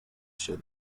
shed